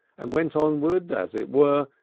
and went onward, as it were,